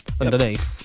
underneath